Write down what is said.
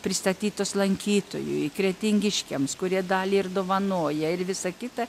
pristatytos lankytojui kretingiškiams kurie dalį ir dovanoja ir visa kita